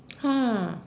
!huh!